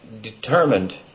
determined